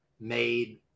made